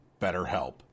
BetterHelp